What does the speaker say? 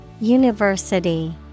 University